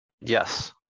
Yes